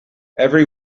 every